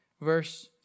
Verse